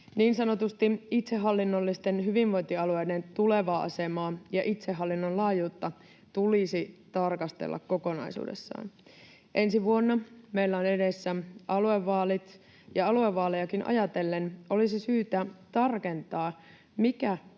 Niin sanotusti itsehallinnollisten hyvinvointialueiden tulevaa asemaa ja itsehallinnon laajuutta tulisi tarkastella kokonaisuudessaan. Ensi vuonna meillä on edessä aluevaalit, ja aluevaalejakin ajatellen olisi syytä tarkentaa, mikä on enää